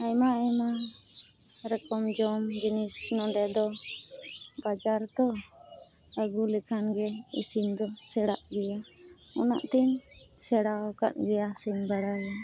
ᱟᱭᱢᱟ ᱟᱭᱢᱟ ᱨᱚᱠᱚᱢ ᱡᱚᱢ ᱡᱤᱱᱤᱥ ᱱᱚᱸᱰᱮ ᱫᱚ ᱵᱟᱡᱟᱨ ᱛᱳ ᱟᱹᱜᱩ ᱞᱮᱠᱷᱟᱱᱜᱮ ᱤᱥᱤᱱ ᱫᱚ ᱥᱮᱬᱟᱜ ᱜᱮᱭᱟ ᱚᱱᱟᱛᱤᱧ ᱥᱮᱬᱟ ᱟᱠᱟᱫ ᱜᱮᱭᱟ ᱤᱥᱤᱱ ᱵᱟᱲᱟ ᱫᱚ